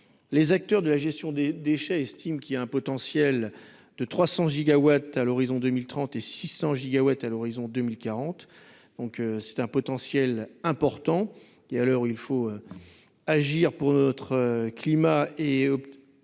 les acteurs de la gestion des déchets, estime qu'il y a un potentiel de 300 gigawatts à l'horizon 2030 et 600 gigawatts à l'horizon 2040, donc c'est un potentiel important et à l'heure où il faut agir pour notre climat et